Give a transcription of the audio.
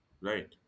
right